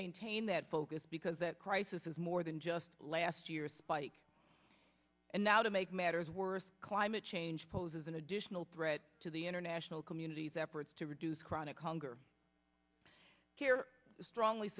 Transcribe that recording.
maintain that focus because that crisis is more than just last year a spike and now to make matters worse climate change poses an additional threat to the international community's efforts to reduce chronic hunger care strongly